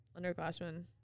underclassmen